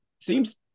seems